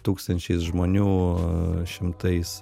tūkstančiais žmonių šimtais